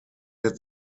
der